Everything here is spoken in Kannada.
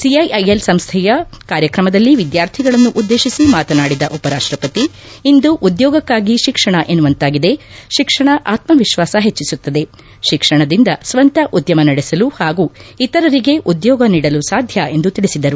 ಸಿಐಐಎಲ್ ಸಂಸ್ಥೆಯ ಕಾರ್ಯಕ್ರಮದಲ್ಲಿ ವಿದ್ಯಾರ್ಥಿಗಳನ್ನು ಉದ್ದೇತಿಸಿ ಮಾತನಾಡಿದ ಉಪರಾಷ್ಟಪತಿ ಇಂದು ಉದ್ಯೋಗಕ್ಕಾಗಿ ಶಿಕ್ಷಣ ಎನ್ನುವಂತಾಗಿದೆ ಶಿಕ್ಷಣ ಆತ್ಮವಿಶ್ವಾಸ ಹೆಚ್ಚಿಸುತ್ತದೆ ಶಿಕ್ಷಣದಿಂದ ಸ್ವಂತ ಉದ್ಯಮ ನಡೆಸಲು ಹಾಗೂ ಇತರರಿಗೆ ಉದ್ಯೋಗ ನೀಡಲು ಸಾಧ್ಯ ಎಂದು ತಿಳಿಸಿದರು